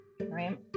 right